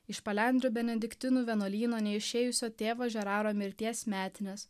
iš palendrių benediktinų vienuolyno neišėjusio tėvo žeraro mirties metines